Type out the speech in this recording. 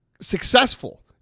successful